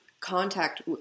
contact